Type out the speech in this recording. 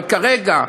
אבל כרגע,